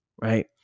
right